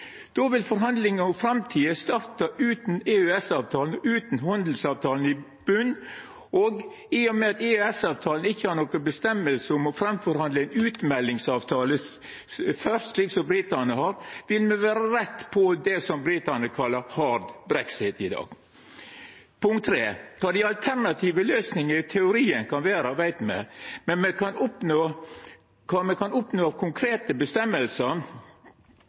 Då vil forhandlingane om framtida starta utan EØS-avtalen, utan ein handelsavtale i botn, og i og med at det i EØS-avtalen ikkje er fastsett noko om å forhandla fram ein utmeldingsavtale først – slik britane har – vil me vera rett på det britane kallar hard brexit i dag. Kva dei alternative løysingane i teorien kan vera, veit me, men kva me kan oppnå